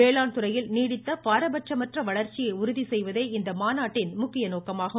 வேளாண்துறையில் நீடித்த பாரபட்சமற்ற வளர்ச்சியை உறுதி செய்வதே இம்மாநாட்டின் முக்கிய நோக்கமாகும்